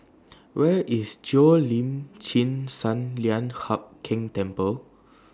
Where IS Cheo Lim Chin Sun Lian Hup Keng Temple